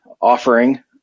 offering